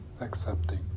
accepting